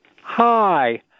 Hi